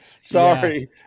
Sorry